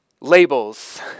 Labels